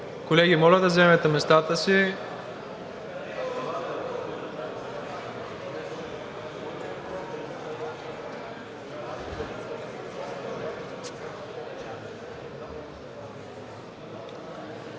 Колеги, моля да заемете местата си,